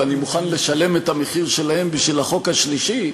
ואני מוכן לשלם את המחיר שלהם בשביל החוק השלישי,